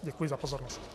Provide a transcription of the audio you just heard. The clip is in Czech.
Děkuji za pozornost.